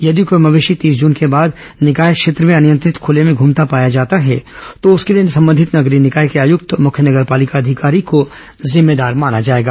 यदि कोई मवेशी तीस जून के बाद निकाय क्षेत्र में अनियंत्रित खूले में घूमता हुआ पाया जाता है तो उसके लिए संबंधित नगरीय निकाय के आयुक्त मुख्य नगर पालिका अधिकारी को जिम्मेदार माना जाएगा